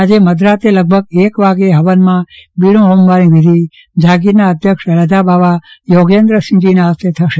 આજે મધરાતે લગભગ એક વાગ્યે હવનનું બીડું હોમવાની વિધિ જાગીરના અધ્યક્ષ રાજબાવા યોગેન્દ્રસિંહજીના હસ્તે થશે